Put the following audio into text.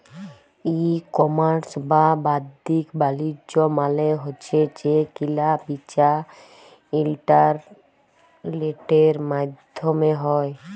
ই commerce বা বাদ্দিক বালিজ্য মালে হছে যে কিলা বিচা ইলটারলেটের মাইধ্যমে হ্যয়